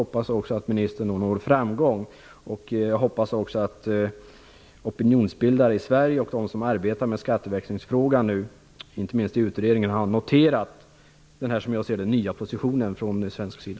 Jag hoppas ministern når framgång, och att opinionsbildare och de som arbetar med skatteväxlingsfrågan i Sverige - inte minst i utredningen - har noterat denna, som jag ser det, nya positionen från svensk sida.